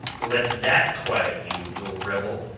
let that quiet you, little rebel,